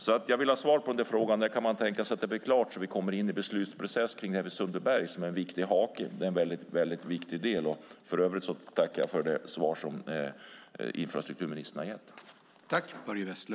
När kan man tänka sig att utredningen om Sundbyberg blir klar så att man kan komma in i en beslutsprocess? Det är viktigt. I övrigt tackar jag för de svar infrastrukturministern har gett.